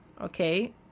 Okay